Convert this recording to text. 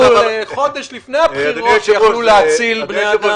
חודש לפני הבחירות יכלו להציל בני אדם.